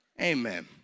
Amen